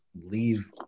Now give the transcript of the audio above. leave